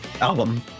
album